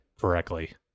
correctly